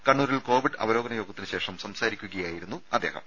കണ്ണൂരിൽ കോവിഡ് അവലോകന യോഗത്തിന് ശേഷം സംസാരിക്കുകയായിരുന്നു അദ്ദേഹം